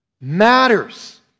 matters